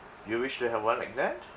you wish to have one like that